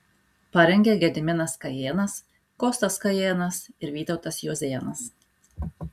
parengė gediminas kajėnas kostas kajėnas ir vytautas juozėnas